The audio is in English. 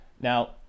Now